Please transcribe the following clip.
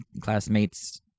classmates